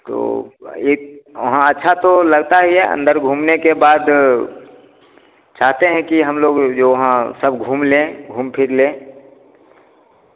तो एक हाँ अच्छा तो लगता ही है अंदर घूमने के बाद चाहते हैं कि हम लोग वहाँ सब घूम लें घूम फिर लें